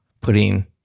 putting